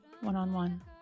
one-on-one